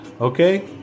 okay